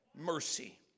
mercy